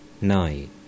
Night